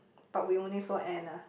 but we only saw Anna